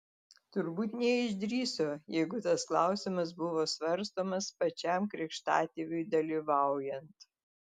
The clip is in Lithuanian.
turbūt neišdrįso jeigu tas klausimas buvo svarstomas pačiam krikštatėviui dalyvaujant